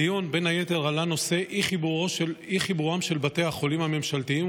בדיון עלה בין היתר נושא אי-חיבורם של בתי החולים הממשלתיים,